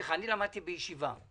למדתי בישיבה.